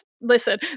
listen